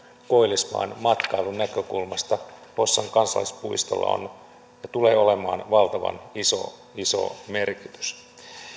koillismaan matkailun näkökulmasta hossan kansallispuistolla on ja tulee olemaan valtavan iso iso merkitys